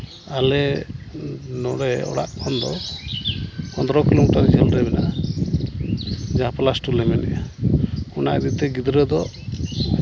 ᱟᱞᱮ ᱱᱚᱰᱮ ᱚᱲᱟᱜ ᱠᱷᱚᱱ ᱫᱚ ᱯᱚᱫᱨᱚ ᱠᱤᱞᱳᱢᱤᱴᱟᱨ ᱡᱷᱟᱹᱞ ᱨᱮ ᱢᱮᱱᱟᱜᱼᱟ ᱡᱟᱦᱟᱸ ᱯᱞᱟᱥ ᱴᱩ ᱞᱮ ᱢᱮᱱᱮᱜᱼᱟ ᱚᱱᱟ ᱤᱫᱤᱛᱮ ᱜᱤᱫᱽᱨᱟᱹ ᱫᱚ